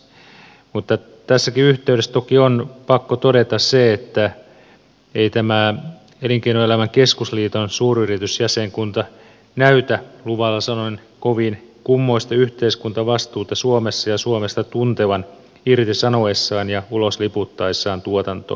tässäkin yhteydessä toki on pakko todeta se että ei tämä elinkeinoelämän keskusliiton suuryritysjäsenkunta näytä luvalla sanoen kovin kummoista yhteiskuntavastuuta suomessa ja suomesta tuntevan irtisanoessaan ja ulosliputtaessaan tuotantoa ulos